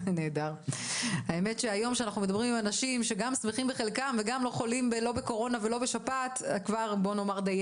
אז כשאתם בדקתם ומצאתם שמעל 50%, אמרת נדמה לי